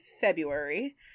February